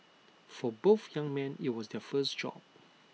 for both young men IT was their first job